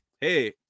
Hey